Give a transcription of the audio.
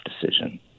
decision